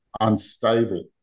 unstable